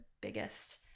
biggest